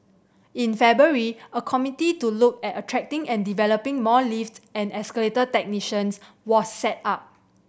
in February a committee to look at attracting and developing more lift and escalator technicians was set up